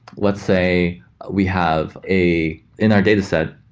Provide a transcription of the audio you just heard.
let's say we have a in our dataset,